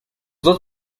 dos